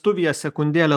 tuvija sekundėlę